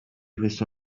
questo